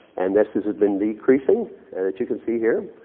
and this this has been decreasing, as you can see here.